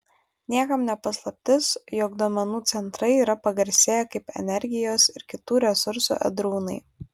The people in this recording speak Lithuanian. niekam ne paslaptis jog duomenų centrai yra pagarsėję kaip energijos ir kitų resursų ėdrūnai